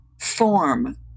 form